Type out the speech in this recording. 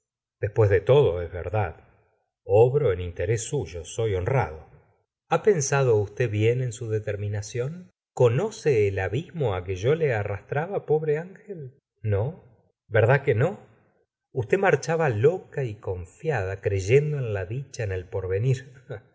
después de todo es verdad obro en interés suyo soy honrado c ha pensado usted bien en su determinación conoce el abismo á que yo le arrastraba pobre ángel no verdad que no usted marchaba loca y confiada creyendo en la dicha en el porve